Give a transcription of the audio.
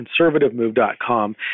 conservativemove.com